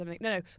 no